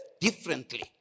differently